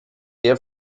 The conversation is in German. der